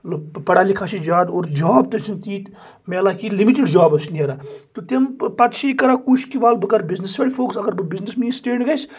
پَڑا لِکھا چھُ زیادٕ اور جاب تہِ چھُنہِ تیتۍ میلان کہیٖنۍ لِمٹڑ جابٕز چھِ نیران تہِ تمہِ پَتہ چھُ یہِ کران کوٗشش کہِ وَلہ بہٕ کرٕ بزنٮ۪س پٮ۪ٹھ فوکس اگر بہٕ بزنٮ۪س مےٚ یہ سِٹینڑ گَژھہِ